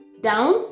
down